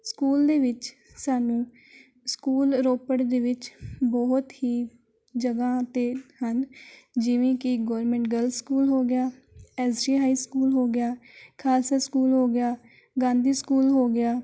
school ਦੇ ਵਿੱਚ ਸਾਨੂੰ ਸਕੂਲ ਰੋਪੜ ਦੇ ਵਿੱਚ ਬਹੁਤ ਹੀ ਜਗ੍ਹਾ 'ਤੇ ਹਨ ਜਿਵੇਂ ਕਿ ਗੌਰਮਿੰਟ ਗਰਲਜ਼ ਸਕੂਲ ਹੋ ਗਿਆ ਐੱਸ ਜੀ ਹਾਈ ਸਕੂਲ ਹੋ ਗਿਆ ਖਾਲਸਾ ਸਕੂਲ ਹੋ ਗਿਆ ਗਾਂਧੀ ਸਕੂਲ ਹੋ ਗਿਆ